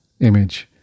image